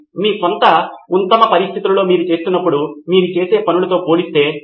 కాబట్టి నాకు సమాచారము ఉంది మరియు నేను భాగస్వామ్యం చేయాలనుకుంటున్నాను కాబట్టి నేను మీకు అనుమతి ఇస్తాను